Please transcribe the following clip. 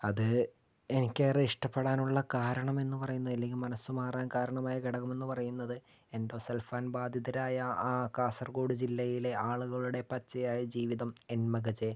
അത് എനിക്കേറെ ഇഷ്ട്ടപ്പെടാനുള്ള കാരണം എന്ന് പറയുന്നത് അല്ലെങ്കിൽ മനസ്സു മാറാൻ കാരണമായ ഘടകമെന്ന് പറയുന്നത് എൻഡോസൾഫാൻ ബാധിതരായ ആ കാസർഗോഡ് ജില്ലയിലെ ആളുകളുടെ പച്ചയായ ജീവിതം എൻമകജെ